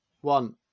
one